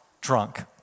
drunk